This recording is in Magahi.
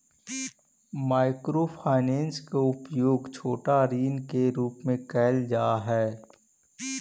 माइक्रो फाइनेंस के उपयोग छोटा ऋण के रूप में कैल जा हई